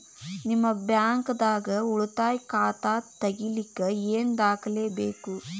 ನಿಮ್ಮ ಬ್ಯಾಂಕ್ ದಾಗ್ ಉಳಿತಾಯ ಖಾತಾ ತೆಗಿಲಿಕ್ಕೆ ಏನ್ ದಾಖಲೆ ಬೇಕು?